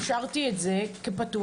קניתי ב-2011.